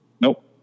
Nope